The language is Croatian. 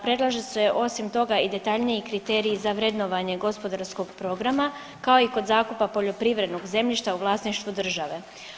Predlaže se osim toga i detaljniji kriteriji za vrednovanje gospodarskog programa kao i kod zakupa poljoprivrednog zemljišta u vlasništvu države.